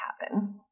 happen